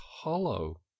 hollow